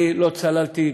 אני לא צללתי,